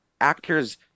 actors